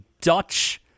Dutch